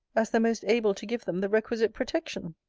as the most able to give them the requisite protection?